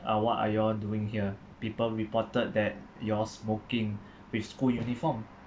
uh what are you all doing here people reported that you're all smoking with school uniform